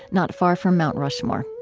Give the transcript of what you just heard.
not far from mount rushmore.